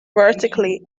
vertically